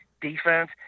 defense